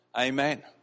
Amen